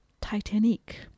Titanic